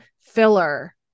filler